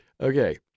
Okay